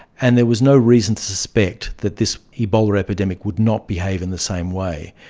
and there was no reason to suspect that this ebola epidemic would not behave in the same way.